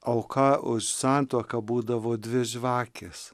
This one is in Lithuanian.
auka už santuoką būdavo dvi žvakės